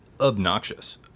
obnoxious